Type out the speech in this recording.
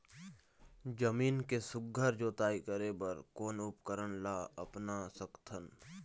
जमीन के सुघ्घर जोताई करे बर कोन उपकरण ला अपना सकथन?